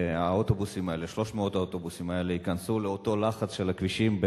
ו-300 האוטובוסים האלה ייכנסו לאותו לחץ של הכבישים,